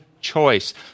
choice